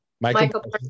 Michael